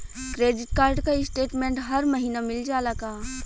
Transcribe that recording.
Credit card क statement हर महिना मिल जाला का?